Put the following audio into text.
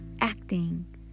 acting